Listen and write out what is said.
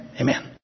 Amen